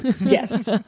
Yes